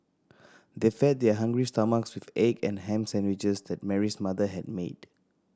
they fed their hungry stomachs with egg and ham sandwiches that Mary's mother had made